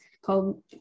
called